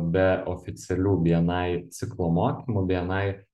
be oficialių bni ciklo mokymų bni